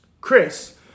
Chris